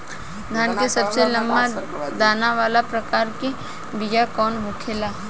धान के सबसे लंबा दाना वाला प्रकार के बीया कौन होखेला?